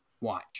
watch